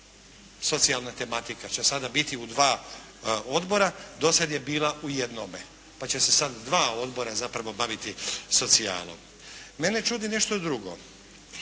Socijalna tematika će sada biti u dva odbora, do sada je bila u jednome pa će se sad dva odbora zapravo baviti socijalom. Mene čudi nešto drugo.